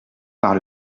par